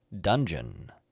Dungeon